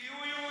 כי הוא יהודי.